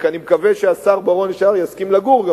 רק אני מקווה שהשר בר-און מייד יסכים לגור גם